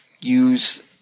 use